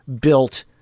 built